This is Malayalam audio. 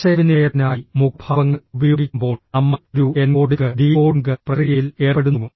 ആശയവിനിമയത്തിനായി മുഖഭാവങ്ങൾ ഉപയോഗിക്കുമ്പോൾ നമ്മൾ ഒരു എൻകോഡിംഗ് ഡീകോഡിംഗ് പ്രക്രിയയിൽ ഏർപ്പെടുന്നു